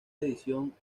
edición